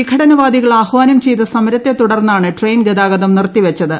വിഘടനവാദികൾ ആഹ്വാനം ചെയ്ത സമരത്തെ തുടർന്നാണ് ട്ടെയിൻ ഗതാഗതം നിറുത്തിവെച്ചത്